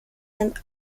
and